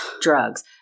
drugs